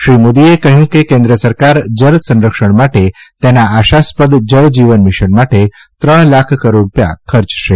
શ્રી મોદીચ્ય કહ્યું કે કેન્દ્ર સરકાર જળ સંરક્ષણ માટે તેના આશાસ્પદ જળ જીવન મિશન માટે ત્રણ લાખ કરોડ રૂપિયા ખર્ચશે